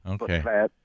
Okay